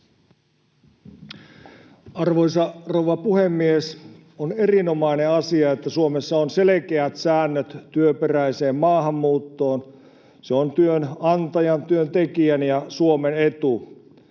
Arvoisa rouva puhemies! On erinomainen asia, että Suomessa on selkeät säännöt työperäiseen maahanmuuttoon. Se on työnantajan, työntekijän ja Suomen etu.